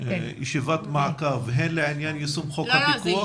ישיבת מעקב הן לעניין יישום חוק הפיקוח --- לא,